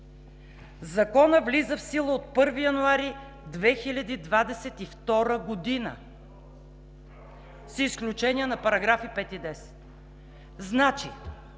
Законът влиза в сила от 1 януари 2022 г., с изключение на параграфи 5 и 10! Значи,